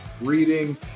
reading